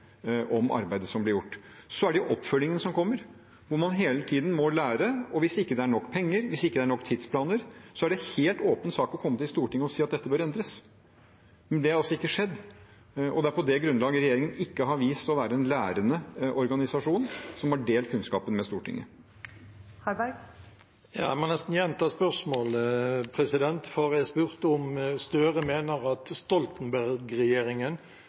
om arbeidet som ble gjort. Så er det oppfølgingen som kommer, hvor man hele tiden må lære, og hvis det ikke er nok penger, hvis det ikke er nok tidsplaner, er det en helt åpen sak å komme til Stortinget og si at dette bør endres. Men det har ikke skjedd, og det er på det grunnlaget regjeringen ikke har vist seg å være en lærende organisasjon som har delt kunnskapen med Stortinget. Jeg må nesten gjenta spørsmålet, for jeg spurte om Gahr Støre mener at